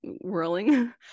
whirling